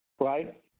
right